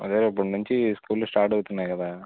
అదే రేపటి నుంచి స్కూళ్ళు స్టార్ట్ అవుతున్నాయి కదా